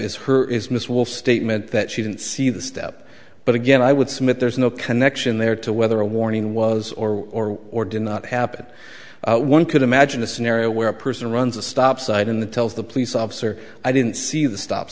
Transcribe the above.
her is miss will statement that she didn't see the step but again i would submit there's no connection there to whether a warning was or or did not happen one could imagine a scenario where a person runs a stop sign in the tells the police officer i didn't see the stop